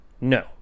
No